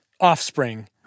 offspring